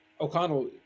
O'Connell